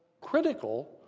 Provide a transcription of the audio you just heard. critical